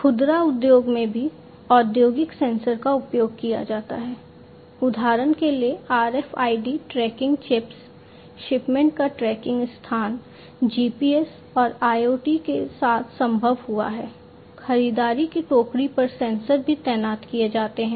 खुदरा उद्योग में भी औद्योगिक सेंसर का उपयोग किया जाता है उदाहरण के लिए RFID ट्रैकिंग चिप्स शिपमेंट का ट्रैकिंग स्थान GPS और IoT के साथ संभव हुआ है खरीदारी की टोकरी पर सेंसर भी तैनात किए जाते हैं